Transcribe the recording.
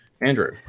Andrew